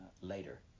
later